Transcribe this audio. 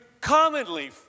commonly